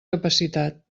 capacitat